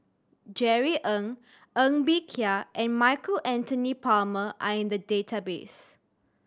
Jerry Ng Ng Bee Kia and Michael Anthony Palmer are in the database